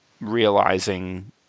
realizing